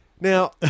Now